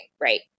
right